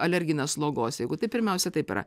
alerginės slogos jeigu tai pirmiausia taip yra